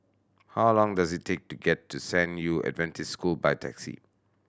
how long does it take to get to San Yu Adventist School by taxi